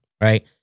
right